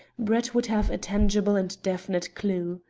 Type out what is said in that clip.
brett would have a tangible and definite clue.